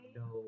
no